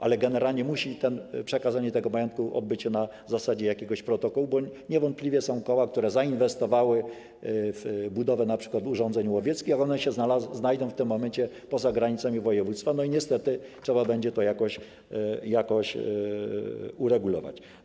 Ale generalnie przekazanie tego majątku musi odbywać się na podstawie jakiegoś protokołu, bo niewątpliwie są koła, które zainwestowały w budowę np. urządzeń łowieckich, a one się znajdą w tym momencie poza granicami województwa, i niestety trzeba będzie to jakoś uregulować.